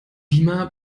beamer